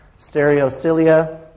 stereocilia